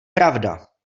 pravda